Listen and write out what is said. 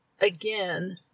again